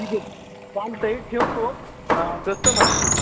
ठीक आहे काल साईट ठेवतो कस्टमर आले